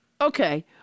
okay